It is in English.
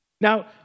Now